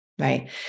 Right